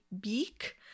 beak